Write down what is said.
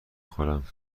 خورم